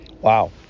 Wow